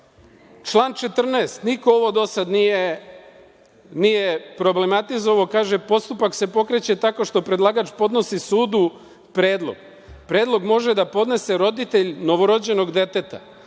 14. Niko ovo do sada nije problematizovao. Kaže: „Postupak se pokreće tako što predlagač podnosi sudu predlog. Predlog može da podnese roditelj novorođenog deteta